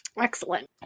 Excellent